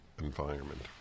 environment